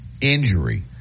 Injury